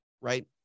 Right